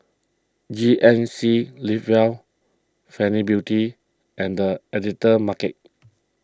G N C Live Well Fenty Beauty and the Editor's Market